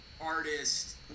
artist